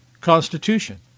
Constitution